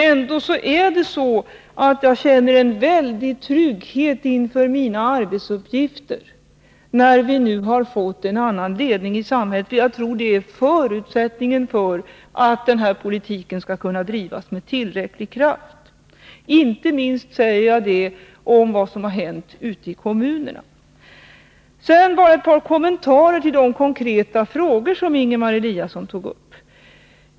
Ändå känner jag mycket stor trygghet inför mina arbetsuppgifter när vi nu har fått en annan ledning i samhället. Jag tror det är en förutsättning för att den här politiken skall kunna drivas med tillräcklig kraft. Jag säger detta inte minst med tanke på vad som har hänt ute i kommunerna. Sedan ett par kommentarer till de konkreta frågor som Ingemar Eliasson ställde.